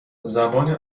زبان